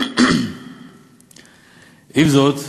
עם זאת,